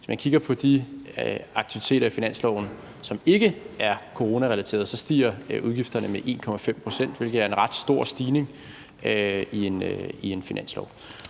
Hvis man kigger på de aktiviteter i forslaget til finanslov, som ikke er coronarelaterede, så stiger udgifterne med 1,5 pct., hvilket er en ret stor stigning i en finanslov.